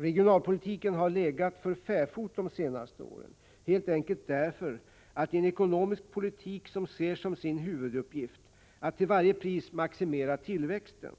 Regionalpolitiken har legat för fäfot de senaste åren, helt enkelt därför att i en ekonomisk politik som ser som sin huvuduppgift att till varje pris maximera tillväxten